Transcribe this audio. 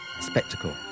spectacle